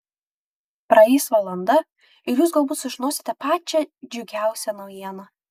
praeis valanda ir jūs galbūt sužinosite pačią džiugiausią naujieną